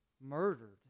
Murdered